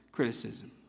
criticism